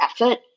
effort